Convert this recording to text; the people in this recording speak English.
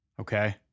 Okay